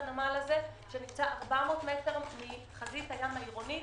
הנמל הזה שנמצא 400 מטר מחזית הים העירונית,